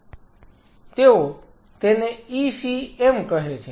તેઓ તેને ECM કહે છે